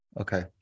Okay